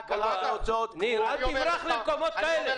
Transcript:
אל תברח למקומות כאלה.